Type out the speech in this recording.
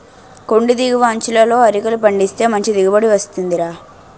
కొండి దిగువ అంచులలో అరికలు పండిస్తే మంచి దిగుబడి వస్తుందిరా